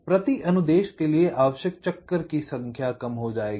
प्रति अनुदेश के लिए आवश्यक चक्र की संख्या कम हो जाएगी